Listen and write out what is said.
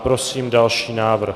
Prosím o další návrh.